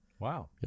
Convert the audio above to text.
Wow